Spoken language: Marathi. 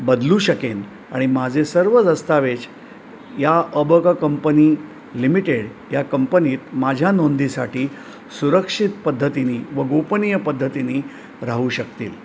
बदलू शकेन आणि माझे सर्व दस्तऐवज या अब कंपनी लिमिटेड या कंपनीत माझ्या नोंदीसाठी सुरक्षित पद्धतीने व गोपनीय पद्धतीने राहू शकतील